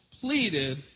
pleaded